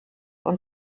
und